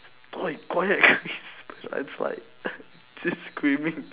!oi! quiet it's like just screaming